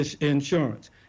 insurance